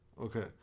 Okay